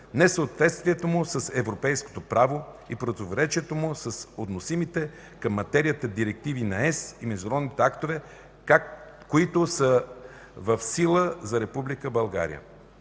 несъответствието му с европейското право и противоречието му с относимите към материята директиви на ЕС и международни актове, които са в сила за Република